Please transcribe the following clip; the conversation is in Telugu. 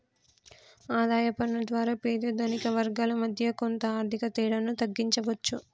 ఆదాయ పన్ను ద్వారా పేద ధనిక వర్గాల మధ్య కొంత ఆర్థిక తేడాను తగ్గించవచ్చు